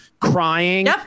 crying